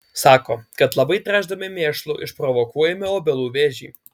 sako kad labai tręšdami mėšlu išprovokuojame obelų vėžį